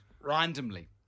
Randomly